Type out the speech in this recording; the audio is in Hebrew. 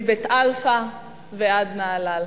מבית-אלפא עד נהלל.